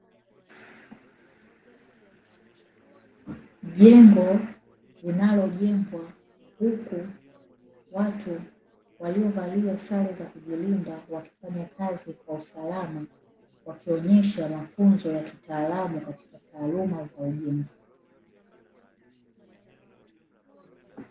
Jengo linalojengwa huku watu waliovalia sare za kujilinda wakifanya kazi kwa usalama wakionyesha mafunzo ya kitaalamu katika taaluma za ujenzi.